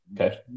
Okay